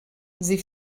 sie